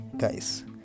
Guys